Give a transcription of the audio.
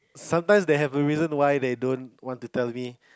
sometimes they have a reason why they don't want to tell me